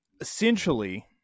essentially